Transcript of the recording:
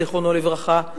זיכרונו לברכה,